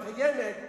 הקיימת,